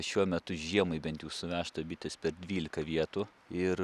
šiuo metu žiemai bent jau suvežta bitės per dvylika vietų ir